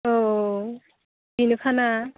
औ बेनोखाना